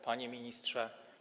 Panie Ministrze!